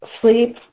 sleep